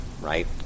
right